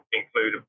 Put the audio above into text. include